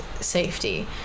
safety